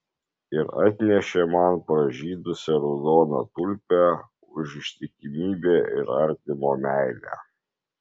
ir atnešė man pražydusią raudoną tulpę už ištikimybę ir artimo meilę